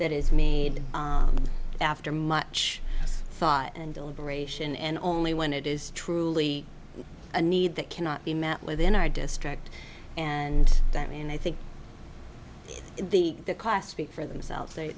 that is made after much thought and deliberation and only when it is truly a need that cannot be met within our district and that and i think the class speak for themselves